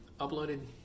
uploaded